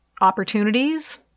opportunities